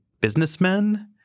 businessmen